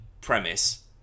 premise